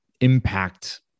impact